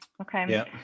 Okay